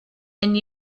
and